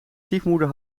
stiefmoeder